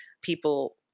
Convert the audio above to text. People